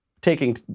taking